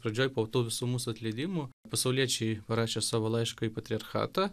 pradžioj po tų visų mūsų atleidimų pasauliečiai parašė savo laišką į patriarchatą